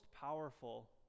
powerful